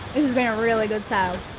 been a really good sail.